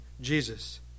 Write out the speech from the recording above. Jesus